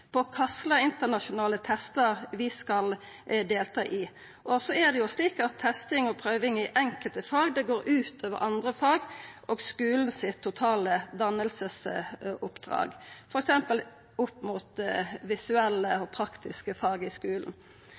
på kva slags internasjonale testar vi skal delta i. Så er det slik at testing og prøving i enkelte fag går utover andre fag og skulen sitt totale danningsoppdrag, f.eks. sett opp mot visuelle og praktiske fag i skulen.